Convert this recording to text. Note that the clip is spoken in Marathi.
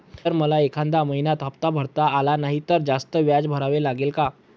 जर मला एखाद्या महिन्यात हफ्ता भरता आला नाही तर जास्त व्याज भरावे लागेल का?